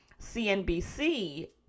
CNBC